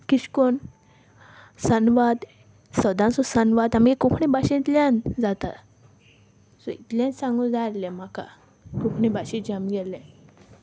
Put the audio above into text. किश कोन संवाद सदांचो संवाद आमगे कोंकणी भाशेंतल्यान जाता सो इतलें सांगूंक जाय आहलें म्हाका कोंकणी भाशेचें आमगेलें